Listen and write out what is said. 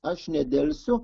aš nedelsiu